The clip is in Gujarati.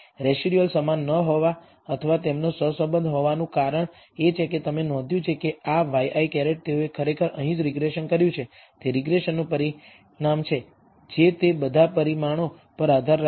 રેસિડયુઅલ સમાન ન હોવા અથવા તેમનો સહસંબંધ હોવાનું કારણ એ છે કે તમે નોંધ્યું છે કે આ ŷi તેઓએ ખરેખર અહીં જે રીગ્રેશન કર્યું છે તે રીગ્રેસનનું પરિણામ છે જે તે બધા પરિમાણો પર આધાર રાખે છે